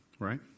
right